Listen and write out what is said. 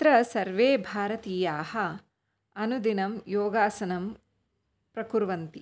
आत्र सर्वे भारतीयाः अनुदिनं योगासनं प्रकुर्वन्ति